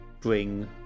bring